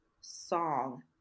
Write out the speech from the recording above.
Song